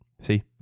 See